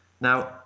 Now